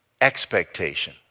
expectation